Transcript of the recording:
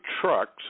trucks